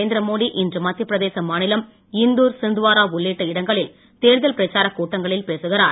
நரேந்திர மோடி இன்று மத்தியப்பிரதேச மாநிலம் சிந்த்வாரா உள்ளிட்ட இடங்களில் தேர்தல் பிரச்சாரக் கூட்டங்களில் பேசுகிறார்